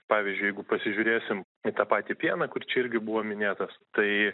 pavyzdžiui jeigu pasižiūrėsim į tą patį pieną kur čia irgi buvo minėtas tai